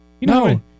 No